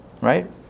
Right